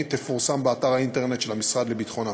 תפורסם באתר האינטרנט של המשרד לביטחון הפנים,